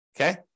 Okay